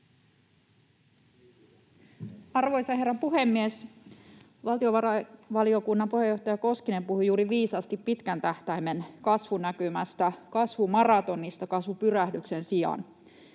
Arvoisa herra puhemies! Valtiovarainvaliokunnan puheenjohtaja Koskinen puhui juuri viisaasti pitkän tähtäimen kasvunäkymästä: kasvumaratonista kasvupyrähdyksen sijaan.